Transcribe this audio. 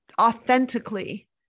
authentically